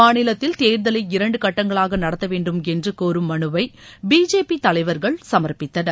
மாநிலத்தில் தேர்தலை இரண்டு கட்டங்களாக நடத்த வேண்டும் என்று கோரும் மனுவை பிஜேபி தலைவர்கள் சம்ப்பித்தனர்